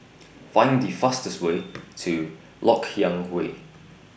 Find The fastest Way to Lok Yang Way